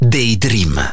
Daydream